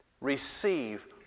receive